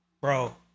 bro